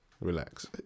Relax